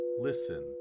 listen